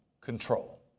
control